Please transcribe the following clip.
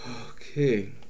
okay